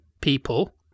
people